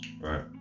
Right